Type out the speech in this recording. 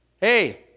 Hey